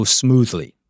smoothly